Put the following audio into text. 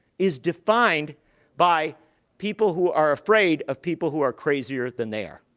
is defined by people who are afraid of people who are crazier than they are.